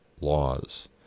laws